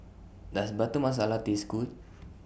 Does Butter Masala Taste Good